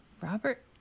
Robert